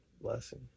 blessing